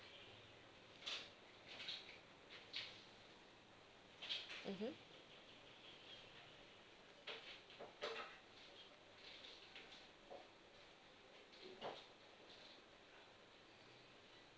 mmhmm